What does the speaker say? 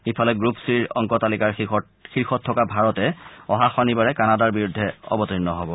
ইফালে গ্ৰুপ চিৰ অংক তালিকাৰ শীৰ্ষত থকা ভাৰতে অহা শনিবাৰে কানাডাৰ বিৰুদ্ধে অৱতীৰ্ণ হ'ব